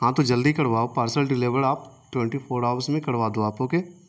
ہاں تو جلدی کرواؤ پارسل ڈلیوڑ آپ ٹوئنٹی فوڑ آورس میں ہی کروا دو آپ اوکے